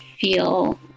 feel